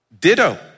ditto